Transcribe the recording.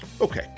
Okay